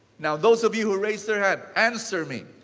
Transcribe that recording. now those of you who raised their hand, answer me.